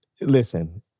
Listen